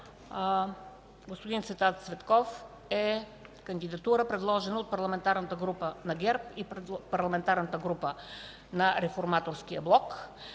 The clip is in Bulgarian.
Господин Цветан Цветков е кандидатура, предложена от Парламентарната група на ГЕРБ и Парламентарната група на Реформаторския блок.